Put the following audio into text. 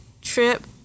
Trip